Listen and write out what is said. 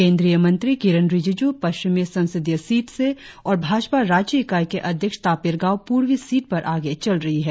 केंद्रीय मंत्री किरेन रीजिजू पश्चिमी संसदीय सीट से और भाजपा राज्य इकाई के अध्यक्ष तापिर गाव पूर्वी सीट पर आगे चल रही है